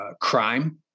crime